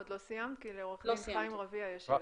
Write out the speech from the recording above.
עוד סיימת, כי לעורך הדין חיים רביה יש שאלה.